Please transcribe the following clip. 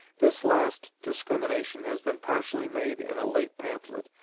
this last discrimination has been partially made in a late pamphlet,